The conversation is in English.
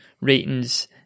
ratings